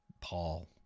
Paul